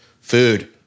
food